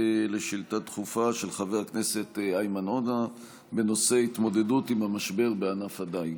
שאילתה דחופה של חבר הכנסת איימן עודה בנושא התמודדות עם המשבר בענף הדיג.